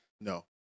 No